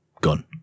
gone